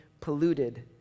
polluted